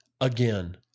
Again